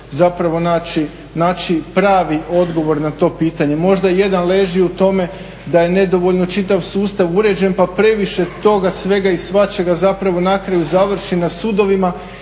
godinama naći pravi odgovor na to pitanje. Možda jedan leži u tome da je nedovoljno čitav sustav uređen pa previše toga svega i svačega na kraju završi na sudovima